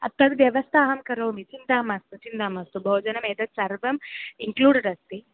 तद् व्यवस्थाम् अहं करोमि चिन्ता मास्तु चिन्ता मास्तु भोजनम् एतत् सर्वम् इन्क्लूडेड् अस्ति